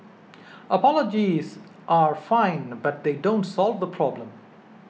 apologies are fine but they don't solve the problem